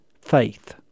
faith